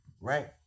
right